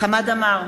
חמד עמאר,